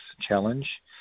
challenge